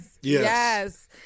Yes